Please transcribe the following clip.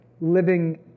living